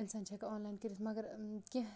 اِنسان چھُ ہیٚکان آن لاین کٔرِتھ مَگر کیٚںٛہہ